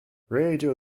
radio